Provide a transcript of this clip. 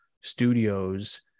studios